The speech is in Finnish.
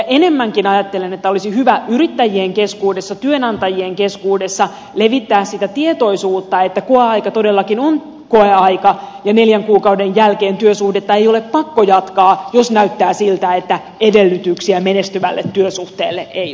enemmänkin ajattelen että olisi hyvä yrittäjien keskuudessa työnanta jien keskuudessa levittää sitä tietoisuutta että koeaika todellakin on koeaika ja neljän kuukauden jälkeen työsuhdetta ei ole pakko jatkaa jos näyttää siltä että edellytyksiä menestyvälle työsuhteelle ei ole